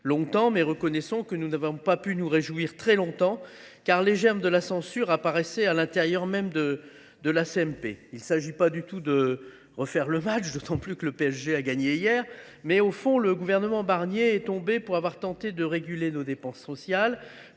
longtemps. Pourtant, reconnaissons que nous n’avons pas pu nous réjouir très longtemps, car les germes de la censure apparaissaient à l’intérieur même de la commission. Je ne referai pas le match, d’autant que le PSG a gagné le sien hier… Au fond, le gouvernement Barnier est tombé pour avoir tenté de réguler nos dépenses sociales